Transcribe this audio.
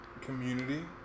community